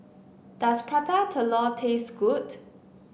does Prata Telur taste good